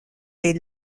des